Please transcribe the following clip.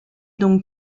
donc